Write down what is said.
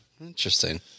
Interesting